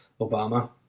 Obama